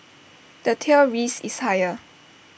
the tail risk is higher